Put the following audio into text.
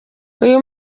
uyu